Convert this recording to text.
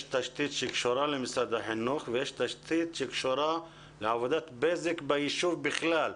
יש תשתית שקשורה למשרד החינוך ויש תשתית שקשורה לעבודת בזק בישוב בכלל,